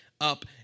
up